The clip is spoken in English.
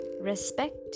respect